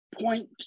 point